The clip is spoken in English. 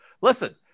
Listen